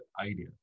idea